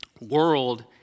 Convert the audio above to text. world